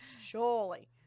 surely